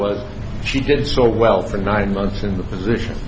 was she did so well for nine months in the position